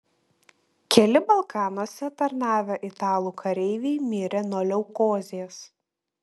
keli balkanuose tarnavę italų kareiviai mirė nuo leukozės